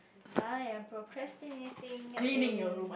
I am procrastinating in